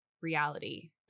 reality